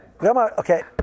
Okay